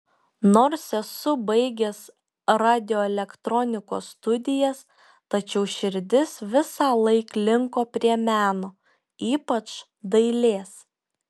nors esu baigęs radioelektronikos studijas tačiau širdis visąlaik linko prie meno ypač dailės